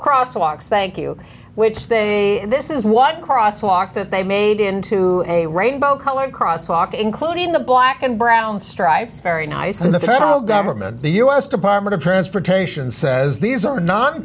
cross walks thank you which they this is what crosswalk that they made into a rainbow colored cross walk including the black and brown stripes very nice and the federal government the u s department of transportation says these are no